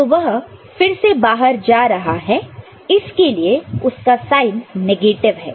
तो वह फिर से बाहर जा रहा है इसलिए उसका साइन नेगेटिव है